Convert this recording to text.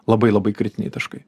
labai labai kritiniai taškai